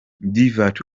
divert